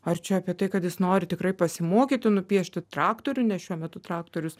ar čia apie tai kad jis nori tikrai pasimokyti nupiešti traktorių nes šiuo metu traktorius